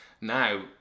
now